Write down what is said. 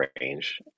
range